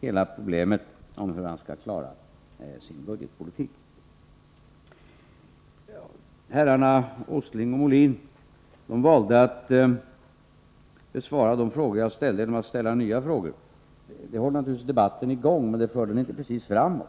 hela problemet om hur han skall klara sin budgetpolitik. Herrarna Åsling och Molin valde att besvara de frågor jag ställde genom att ställa nya frågor. Det håller naturligtvis debatten i gång, men det för den inte precis framåt.